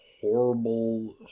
horrible